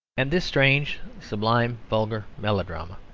and this strange, sublime, vulgar melodrama,